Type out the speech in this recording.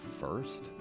first